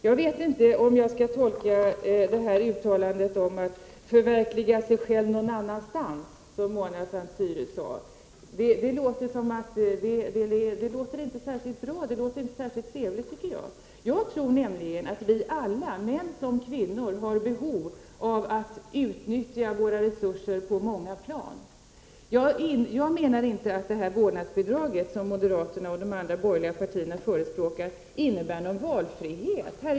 Jag vet inte hur jag skall tolka uttalandet att ”förverkliga sig själv någon annanstans”, som Mona Saint Cyr gjorde. Det låter inte särskilt bra eller trev ligt. Jag tror nämligen att vi alla, män som kvinnor, har behov av att utnyttja våra resurser på många plan. Vi menar att vårdnadsbidraget, som moderaterna och andra borgerliga partier förespråkar, inte innebär någon valfrihet.